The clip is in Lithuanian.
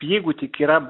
jeigu tik yra